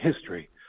history